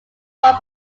one